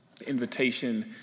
invitation